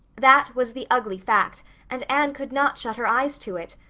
that was the ugly fact and anne could not shut her eyes to it.